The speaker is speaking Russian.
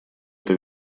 это